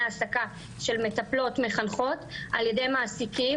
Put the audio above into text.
העסקה של מטפלות-מחנכות על ידי מעסיקים.